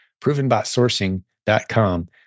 Provenbotsourcing.com